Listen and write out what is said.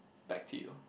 back to you